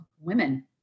women